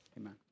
Amen